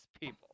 people